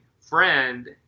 friend